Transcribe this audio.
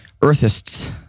Earthists